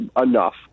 enough